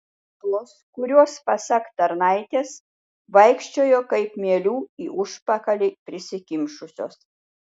tos kurios pasak tarnaitės vaikščiojo kaip mielių į užpakalį prisikimšusios